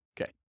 Okay